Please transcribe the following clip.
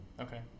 Okay